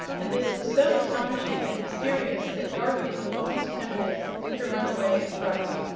and this was so astonishing and mysterious that dorothy was almost tempted to run away in fright.